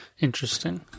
interesting